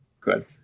Good